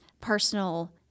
personal